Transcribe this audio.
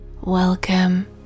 Welcome